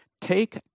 take